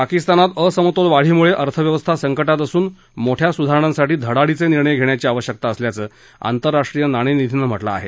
पाकिस्तानात असमतोल वाढीमुळं अर्थव्यवस्था संकटात असून मोठ्या सुधारणांकरता धडाडीचे निर्णय घेण्याची आवश्यकता असल्याचं आंतरराष्ट्रीय नाणेनिधीनं म्हटलं आहे